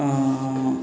अहाँ